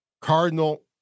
Cardinal